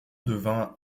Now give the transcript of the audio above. devint